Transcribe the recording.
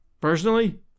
Personally